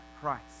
Christ